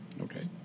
Okay